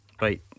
Right